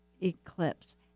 eclipse